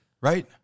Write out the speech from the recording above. Right